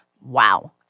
wow